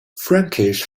frankish